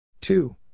Two